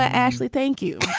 ah ashley, thank you.